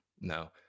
No